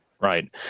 Right